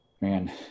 man